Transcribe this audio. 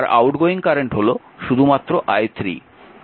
আর outgoing current হল শুধুমাত্র i3